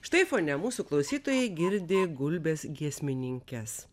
štai fone mūsų klausytojai girdi gulbes giesmininkes